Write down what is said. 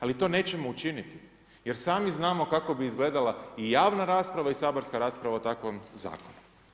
Ali to nećemo učini jer sami znamo kako bi izgledala i javna rasprava i saborska rasprava o takvom zakonu.